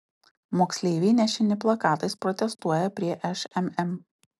moksleiviai nešini plakatais protestuoja prie šmm